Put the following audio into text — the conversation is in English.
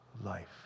life